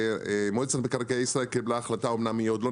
מועצת מקרקעי ישראל קיבלה החלטה אמנם כולם מברכים,